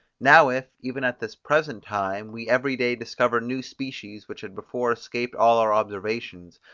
now if, even at this present time, we every day discover new species, which had before escaped all our observations,